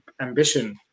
ambition